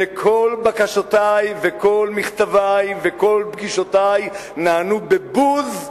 וכל בקשותי וכל מכתבי וכל פגישותי נענו בבוז,